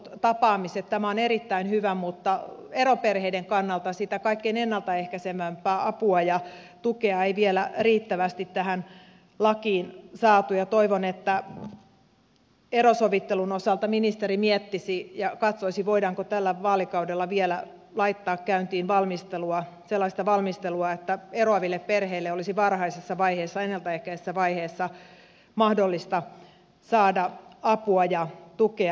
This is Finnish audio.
tämä on erittäin hyvä mutta eroperheiden kannalta sitä kaikkein ennalta ehkäisevintä apua ja tukea ei vielä riittävästi tähän lakiin saatu ja toivon että erosovittelun osalta ministeri miettisi ja katsoisi voidaanko tällä vaalikaudella vielä laittaa käyntiin sellaista valmistelua että eroaville perheille olisi varhaisessa vaiheessa ennalta ehkäisevässä vaiheessa mahdollista saada apua ja tukea